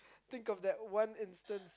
think of that one instance